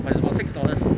but it's about six dollars